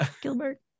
Gilbert